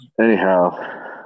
anyhow